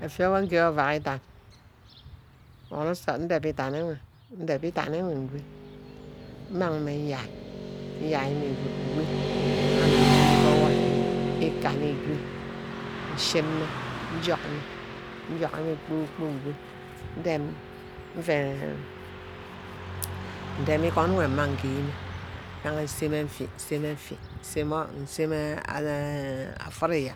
Effí wor ngear ouack îdan, mbono nsort ndeb îdan ewe, ndeb îdan ewe ngo, mmang mme nyai, nyai mnne good ngo, mmangiˈmme Nnime ke orwoíí, Ecani Ego, Nchìnwe, njug mme, njug mme, njug mme kpor-kpork ngo. Nven ndemi Egon were mmang geeme îganha aseme Nfee, aseme nfee, seme enh enh afriya,